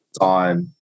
on